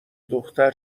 دختر